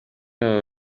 baba